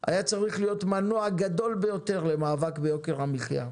- היה צריך להיות מנוע גדול ביותר למאבק ביוקר המחיה.